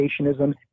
creationism